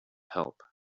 help